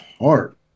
heart